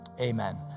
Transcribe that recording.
Amen